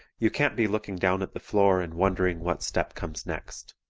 you can't be looking down at the floor and wondering what step comes next.